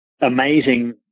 amazing